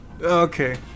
Okay